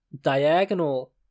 diagonal